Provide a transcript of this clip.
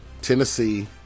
Tennessee